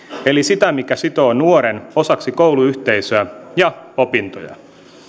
eli sitä mikä sitoo nuoren osaksi kouluyhteisöä ja opintoja